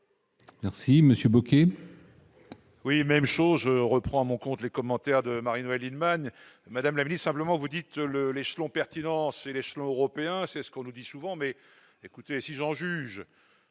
Merci, Monsieur Bocquet.